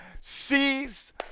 seize